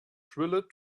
drilled